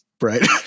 Right